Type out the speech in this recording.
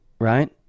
right